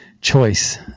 choice